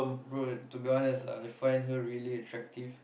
bro to be honest I find her very attractive